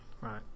Right